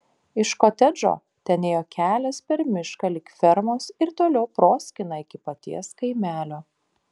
iš kotedžo ten ėjo kelias per mišką lig fermos ir toliau proskyna iki paties kaimelio